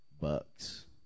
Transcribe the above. Bucks